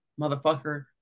motherfucker